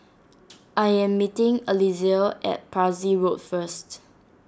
I am meeting Alesia at Parsi Road first